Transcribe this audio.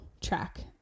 track